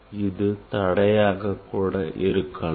இது தடையாக கூட இருக்கலாம்